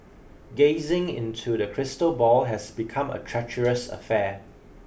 gazing into the crystal ball has become a treacherous affair